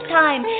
time